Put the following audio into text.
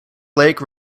lake